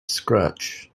scratch